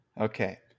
Okay